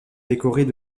décorés